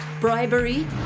bribery